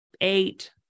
eight